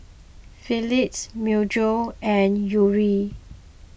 Philips Myojo and Yuri